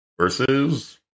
Versus